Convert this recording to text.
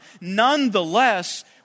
nonetheless